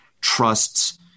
trusts